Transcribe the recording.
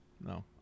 No